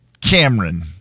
Cameron